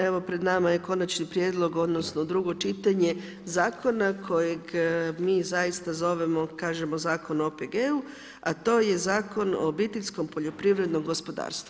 Evo, pred nama je Konačni prijedlog, odnosno, drugo čitanje Zakona kojeg mi zaista zovemo, kažemo zakon o OPG-u, a to je zakon o obiteljskom poljoprivrednom gospodarstvu.